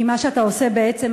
כי מה שאתה עושה בעצם,